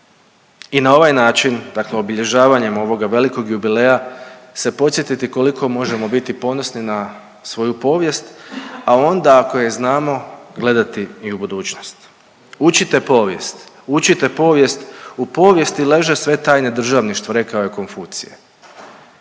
i na ovaj način, dakle obilježavanjem ovog velikog jubileja se podsjetiti koliko možemo biti ponosni na svoju povijest, a onda ako je znamo gledati i u budućnost. „Učite povijest, učite povijesti u povijesti leže sve tajne državništva“ rekao je Konfucije,